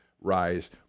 rise